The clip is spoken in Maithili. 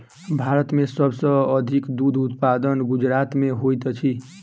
भारत में सब सॅ अधिक दूध उत्पादन गुजरात में होइत अछि